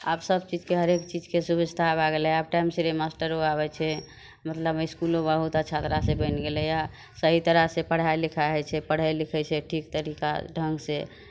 आब सभचीजके हरेक चीजके सुबिस्था भए गेलै आब टाइम सिरे मास्टरो आबै छै मतलब इसकुलो बहुत अच्छा तरहसँ बनि गेलैए सही तरहसँ पढ़ाइ लिखाइ होइ छै पढ़ै लिखै छै ठीक तरीका ढङ्गसँ